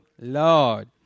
lord